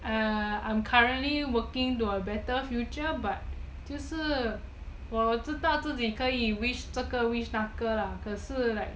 I'm currently working to a better future but 就是我知道自己可以 wish 这个 wish 那个啦可是 like